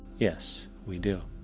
yes, we do.